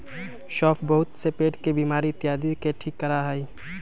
सौंफ बहुत से पेट के बीमारी इत्यादि के ठीक करा हई